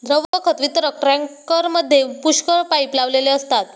द्रव खत वितरक टँकरमध्ये पुष्कळ पाइप लावलेले असतात